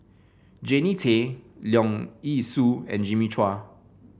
Jannie Tay Leong Yee Soo and Jimmy Chua